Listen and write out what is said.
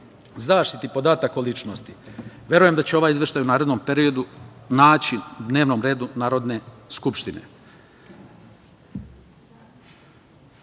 zaštiti podataka o ličnosti. Verujem da će se ovaj izveštaj u narednom periodu naći na dnevnom redu Narodne skupštine. Eto,